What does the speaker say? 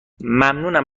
ممنونم